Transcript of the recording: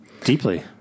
Deeply